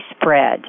spread